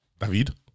David